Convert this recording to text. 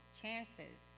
chances